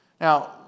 Now